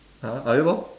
!huh! ah ya lor